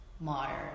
modern